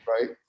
right